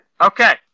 Okay